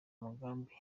umugambi